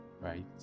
right